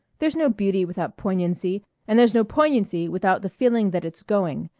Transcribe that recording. there's no beauty without poignancy and there's no poignancy without the feeling that it's going,